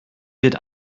wird